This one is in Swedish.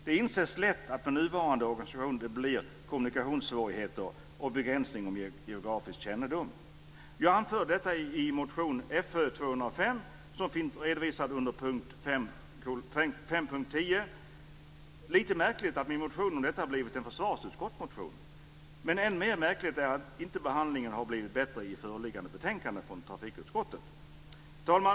Det inses lätt att det blir kommunikationssvårigheter och begränsning i fråga om geografisk kännedom i den nuvarande organisationen. Jag anför detta i motion Fö205, som finns redovisad under punkt 5:10. Det är lite märkligt att min motion om detta blivit en försvarsutskottsmotion. Men det är än mer märkligt är att behandlingen inte har blivit bättre i föreliggande betänkande från trafikutskottet. Fru talman!